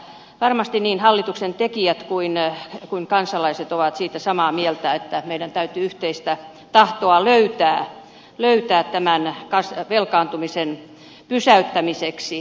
varmasti niin hallituksen tekijät kuin kansalaiset ovat siitä samaa mieltä että meidän täytyy yhteistä tahtoa löytää tämän velkaantumisen pysäyttämiseksi